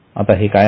आता हे काय आहे